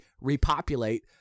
repopulate